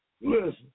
Listen